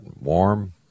warm